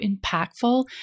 impactful